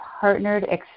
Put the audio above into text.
partnered